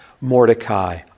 Mordecai